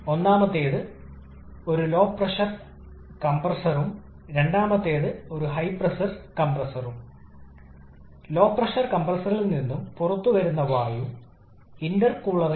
ഇവിടെ യഥാർത്ഥത്തിൽ നിങ്ങൾക്ക് ഓട്ടോ സൈക്കിൾ ഡീസൽ സൈക്കിൾ ഈ ബ്രെയ്ട്ടൺ എന്നിവ തമ്മിൽ ഒരു സാമ്യത വരയ്ക്കാം ചക്രം